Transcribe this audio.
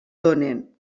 donen